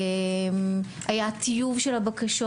היה טיוב של הבקשות.